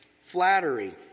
Flattery